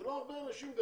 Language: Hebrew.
אלה לא הרבה אנשים.